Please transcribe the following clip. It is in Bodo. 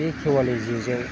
बे खेवालि जेजों